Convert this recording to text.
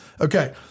Okay